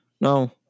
No